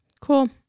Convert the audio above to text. Cool